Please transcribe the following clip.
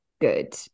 good